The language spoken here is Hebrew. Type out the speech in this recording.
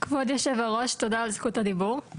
כבוד יושב-הראש, תודה על זכות הדיבור.